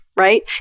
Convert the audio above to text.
right